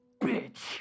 bitch